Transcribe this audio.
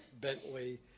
Bentley